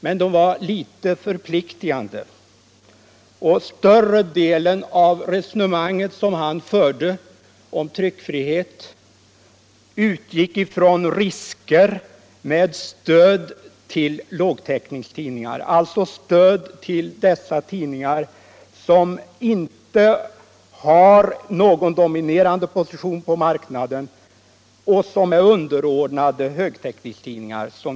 Men det han sade var föga förpliktigande och större delen av det resonemang han förde om tryckfrihet utgick ifrån risker med stöd till lågtäckningstidningar, alltså stöd till tidningar som inte har någon dominerande position på marknaden utan är underordnade högtäckningstidningar.